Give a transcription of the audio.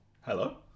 Hello